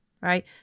right